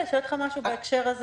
בהקשר הזה